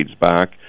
back